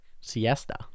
siesta